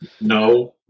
No